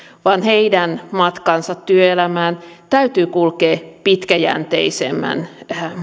vaan heidän matkansa työelämään täytyy kulkea pitkäjänteisemmän